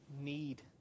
need